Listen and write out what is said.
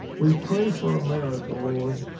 we pray for america, lord.